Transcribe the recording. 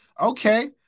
Okay